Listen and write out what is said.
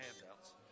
handouts